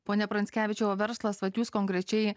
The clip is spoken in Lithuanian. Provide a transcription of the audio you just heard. pone pranckevičiau o verslas vat jūs konkrečiai